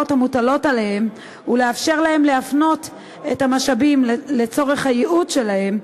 המוטלות עליהם ולאפשר להם להפנות את המשאבים לצורך הייעוד שלהם,